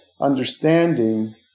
understanding